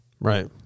Right